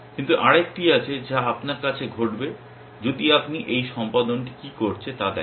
কিন্তু আরেকটি আছে যা আপনার কাছে ঘটবে যদি আপনি এই সম্পাদনটি কী করছে তা দেখেন